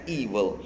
evil